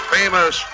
famous